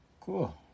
Cool